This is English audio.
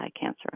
cancer